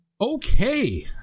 Okay